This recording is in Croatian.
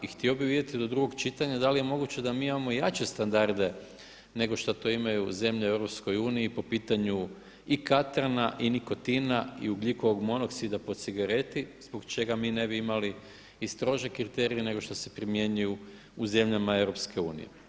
I htio bih vidjeti do drugog čitanja da li je moguće da mi imamo i jače standarde nego što to imaju zemlje u EU po pitanju i katrana i nikotina i ugljikovog monoksida po cigareti zbog čega mi ne bi imali i strože kriterije nego što se primjenjuju u zemljama EU.